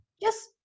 Yes